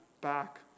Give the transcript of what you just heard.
back